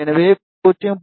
எனவே 0